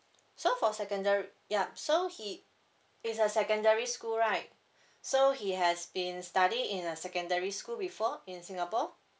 so for secondar~ yup so he is a secondary school right so he has been study in a secondary school before in singapore